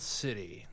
city